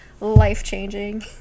life-changing